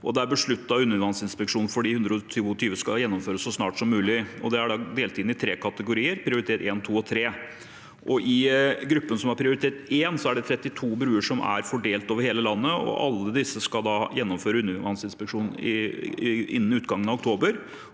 det er besluttet at undervannsinspeksjon av de 122 bruene skal gjennomføres så snart som mulig. Det er da delt inn i tre kategorier, prioritet 1, 2 og 3. I gruppen som har prioritet 1, er det 32 bruer som er fordelt over hele landet, og alle disse skal det bli gjennomført undervannsinspeksjon av innen utgangen av oktober.